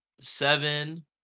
seven